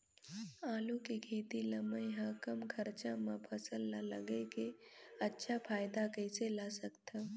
आलू के खेती ला मै ह कम खरचा मा फसल ला लगई के अच्छा फायदा कइसे ला सकथव?